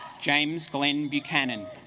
james glen buchanan